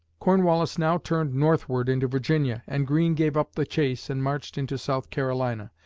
cornwallis now turned northward into virginia and greene gave up the chase and marched into south carolina.